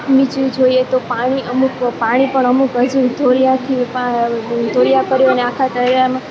બીજું જોઈએ તો પાણી અમુક પાણી પણ અમુક હજુ ધોરિયાથી ધોરિયા કરી અને આખા તરિયામાં